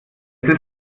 ist